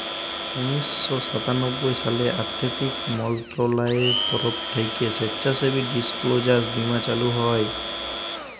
উনিশ শ সাতানব্বই সালে আথ্থিক মলত্রলালয়ের তরফ থ্যাইকে স্বেচ্ছাসেবী ডিসক্লোজার বীমা চালু হয়